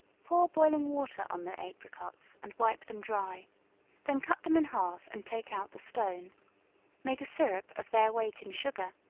pour boiling water on the apricots and wipe them dry then cut them in half and take out the stone make a syrup of their weight in sugar,